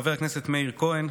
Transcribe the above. חבר הכנסת מאיר כהן,